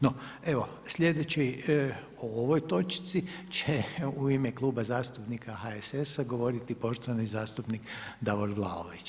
No, evo slijedeći o ovoj točci će u ime Kluba zastupnika HSS-a govoriti poštovani zastupnik Davor Vlaović.